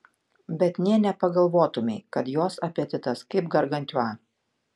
bet nė nepagalvotumei kad jos apetitas kaip gargantiua